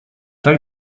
like